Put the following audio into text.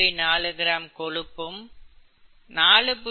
4 gram கொழுப்பும் 4